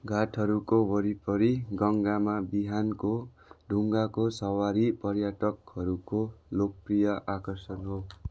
घाटहरूको वरिपरि गङ्गामा बिहानको डुङ्गाको सवारी पर्यटकहरूको लोकप्रिय आकर्षण हो